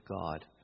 God